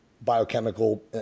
biochemical